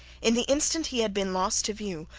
in the instant he had been lost to view,